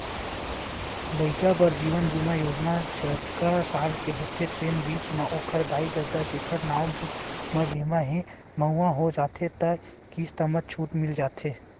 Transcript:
लइका बर जीवन बीमा योजना जतका साल के होथे तेन बीच म ओखर दाई ददा जेखर नांव म बीमा हे, मउत हो जाथे त किस्त म छूट मिल जाथे